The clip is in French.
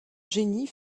génie